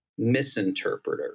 misinterpreter